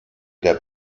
der